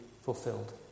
fulfilled